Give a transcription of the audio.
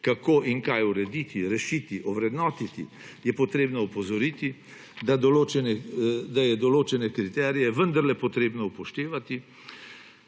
kako in kaj urediti, rešiti, ovrednotiti, je potrebno opozoriti, da je določene kriterije vendarle potrebno upoštevati.